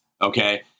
Okay